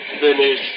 finish